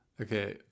Okay